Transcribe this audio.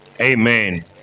Amen